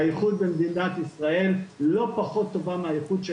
האיכות במדינת ישראל לא פחות טובה מהאיכות של